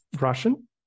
Russian